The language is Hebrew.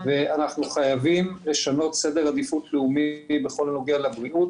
ואנחנו חייבים לשנות סדר עדיפות לאומי בכל הנוגע לבריאות,